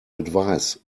advise